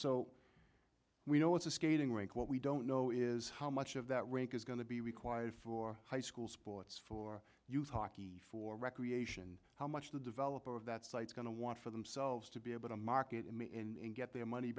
so we know it's a skating rink what we don't know is how much of that rink is going to be required for high school sports for youth hockey for recreation how much the developer of that site's going to want for themselves to be able to market in the end get their money